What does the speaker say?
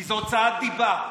כי זו הוצאת דיבה.